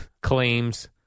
...claims